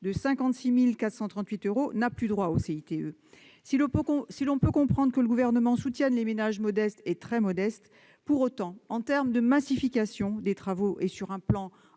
de 56 438 euros n'a plus droit au CITE. On peut comprendre que le Gouvernement soutienne les ménages modestes et très modestes. Pour autant, en termes de massification des travaux et sur un plan